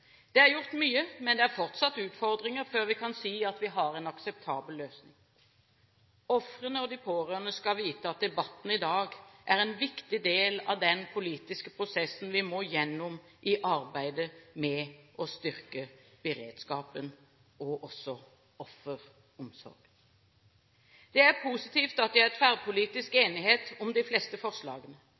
Det er gjort mye, men det er fortsatt utfordringer før vi kan si at vi har en akseptabel løsning. Ofrene og de pårørende skal vite at debatten i dag er en viktig del av den politiske prosessen vi må gjennom i arbeidet med å styrke beredskapen og også offeromsorg. Det er positivt at det er tverrpolitisk enighet om de fleste forslagene.